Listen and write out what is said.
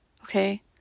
Okay